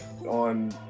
on